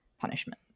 punishment